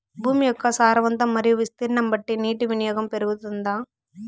భూమి యొక్క సారవంతం మరియు విస్తీర్ణం బట్టి నీటి వినియోగం పెరుగుతుందా?